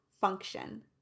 function